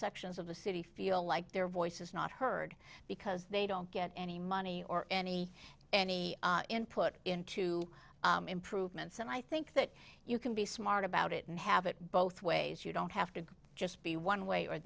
sections of the city feel like their voice is not heard because they don't get any money or any any input into improvements and i think that you can be smart about it and have it both ways you don't have to just be one way or